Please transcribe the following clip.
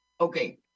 Okay